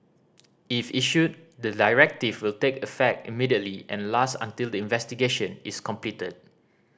if issued the directive will take effect immediately and last until the investigation is completed